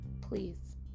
Please